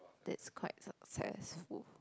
that's quite successful